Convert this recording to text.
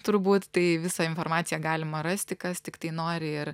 turbūt tai visą informaciją galima rasti kas tiktai nori ir